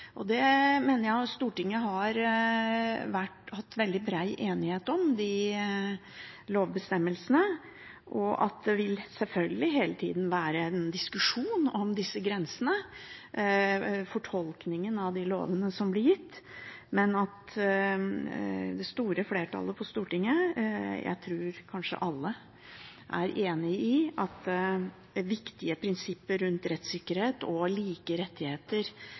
mener jeg Stortinget har hatt veldig bred enighet om. Det vil selvfølgelig hele tida være en diskusjon om disse grensene og fortolkningen av de lovene som blir gitt. Men det store flertallet på Stortinget – jeg tror kanskje alle – er enig i at det viktige prinsippet rundt rettssikkerhet og like rettigheter